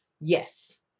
Yes